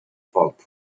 pulp